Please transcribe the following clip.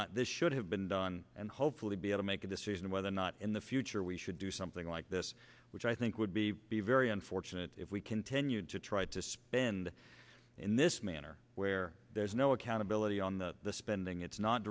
not this should have been done and hopefully be able make a decision whether or not in the future we should do something like this which i think would be be very unfortunate if we continued to try to spend in this manner where there's no accountability on the spending it's not